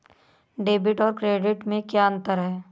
Debit और credit में क्या अंतर है?